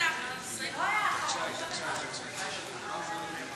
מירב בן ארי, מוותרת.